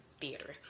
theater